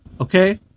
okay